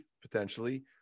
potentially